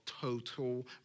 total